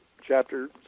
chapter